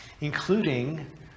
including